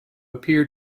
appear